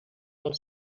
del